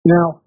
Now